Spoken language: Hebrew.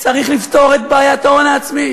התשע"ו 2016, לוועדה שתקבע ועדת הכנסת נתקבלה.